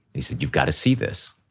he said, you've got to see this.